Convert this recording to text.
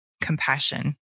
compassion